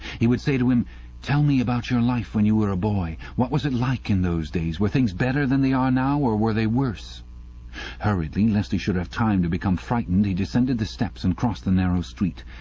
he would say to him tell me about your life when you were a boy. what was it like in those days? were things better than they are now, or were they worse hurriedly, lest he should have time to become frightened, he descended the steps and crossed the narrow street.